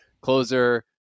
closer